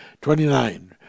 Twenty-nine